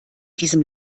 diesem